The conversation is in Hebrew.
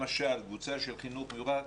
למשל, קבוצה של חינוך מיוחד